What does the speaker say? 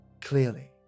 clearly